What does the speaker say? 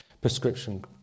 prescription